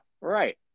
right